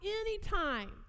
Anytime